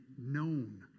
known